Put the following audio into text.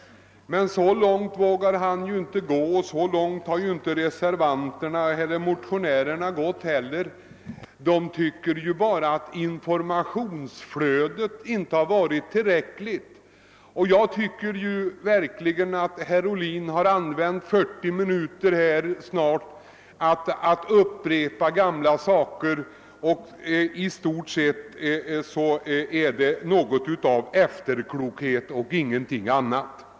Så långt vågade han emellertid inte gå, och så långt har inte heller reservanterna eller motionärerna gått — de uttalar bara att informationsflödet inte har varit tillräckligt. Herr Ohlin har använt 40 minuter på att upprepa gamla saker, och i stort sett präglades hans anförande av efterklokhet och ingenting annat.